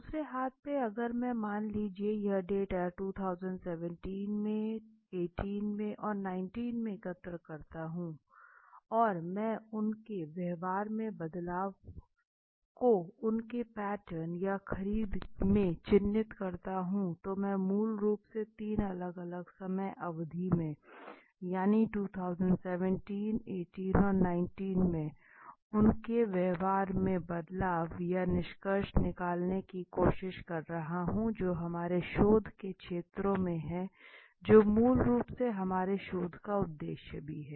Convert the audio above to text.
दूसरे हाथ पर अगर मैं मान लीजिए यह डाटा 2017 में 2018 में और 2019 में एकत्र करता हूँ और मैं उनके व्यवहार में बदलाव को उनके पैटर्न या खरीद में चिह्नित करता हूँ तो मैं मूल रूप से तीन अलग अलग समय अवधि में यानि 2107 2018 और 2019 में उनके व्यवहार में बदलाव का निष्कर्ष निकालने की कोशिश कर रहा हूँ जो हमारे शोध के क्षेत्रों में हैं जो मूल रूप से हमारे शोध का उद्देश्य भी हैं